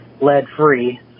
lead-free